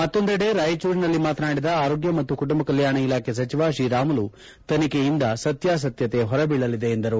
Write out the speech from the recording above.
ಮತ್ತೊಂದೆಡೆ ರಾಯಚೂರಿನಲ್ಲಿ ಮಾತನಾಡಿದ ಆರೋಗ್ಯ ಮತ್ತು ಕುಟುಂಬ ಕಲ್ಯಾಣ ಇಲಾಖೆ ಸಚಿವ ಶ್ರೀರಾಮುಲು ತನಿಖೆಯಿಂದ ಸತ್ಯಾಸತ್ಯತೆ ಹೊರಬೀಳಲಿದೆ ಎಂದರು